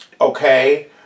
okay